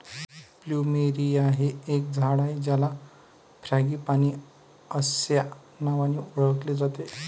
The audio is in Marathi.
प्लुमेरिया हे एक झाड आहे ज्याला फ्रँगीपानी अस्या नावानी ओळखले जाते